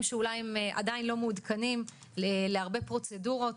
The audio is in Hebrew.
שאולי הם עדיין לא מעודכנים להרבה פרוצדורות,